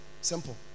Simple